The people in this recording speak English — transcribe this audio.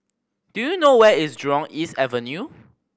do you know where is Jurong East Avenue